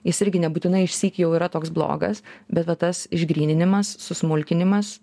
jis irgi nebūtinai išsyk jau yra toks blogas bet va tas išgryninimas susmulkinimas